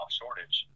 shortage